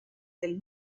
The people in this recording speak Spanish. del